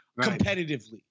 competitively